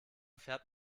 fährt